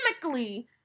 chemically